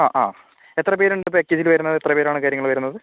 അ ആ എത്ര പേരുണ്ട് പാക്കേജിൽ വരുന്നത് എത്ര പേരാണ് കാര്യങ്ങൾ വരുന്നത്